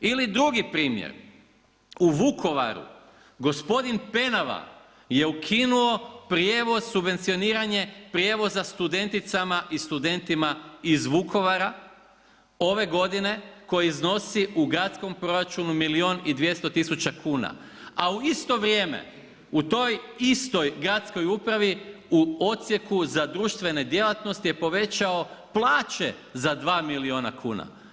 Ili drugi primjer, u Vukovaru gospodin Penava je ukinuo prijevoz subvencioniranje prijevoza studenticama i studentima iz Vukovara ove godine koji iznosi u gradskom proračunu milijun 200 tisuća kuna, a u isto vrijeme u toj istoj gradskoj upravi u Odsjeku za društvene djelatnosti je povećao plaće za dva milijuna kuna.